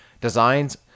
designs